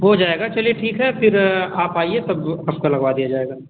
हो जाएगा चलिए ठीक है फिर आप आइए तब आपका लगवा दिया जाएगा